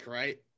right